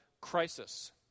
crisis